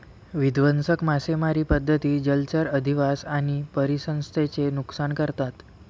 विध्वंसक मासेमारी पद्धती जलचर अधिवास आणि परिसंस्थेचे नुकसान करतात